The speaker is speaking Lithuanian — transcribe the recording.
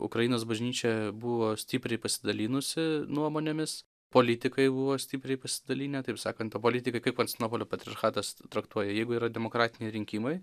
ukrainos bažnyčia buvo stipriai pasidalinusi nuomonėmis politikai buvo stipriai pasidalinę taip sakant o politikai kaip konstantinopolio patriarchatas traktuoja jeigu yra demokratiniai rinkimai